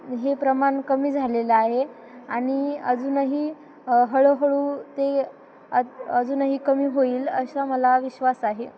हे प्रमाण कमी झालेलं आहे आणि अजूनही हळूहळू ते अ अजूनही कमी होईल अशा मला विश्वास आहे